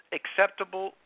acceptable